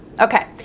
okay